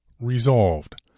Resolved